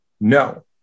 No